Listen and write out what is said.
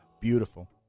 Beautiful